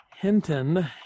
Hinton